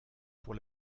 pour